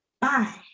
Bye